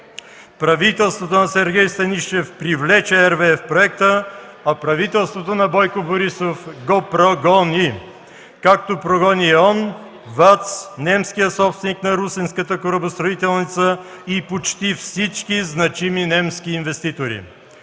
Правителството на Станишев привлече RWE към проекта, а правителството на Бойко Борисов го прогони, както прогони ЕОН, ВАЦ, немския собственик на Русенската корабостроителница и почти всички значими немски инвеститори.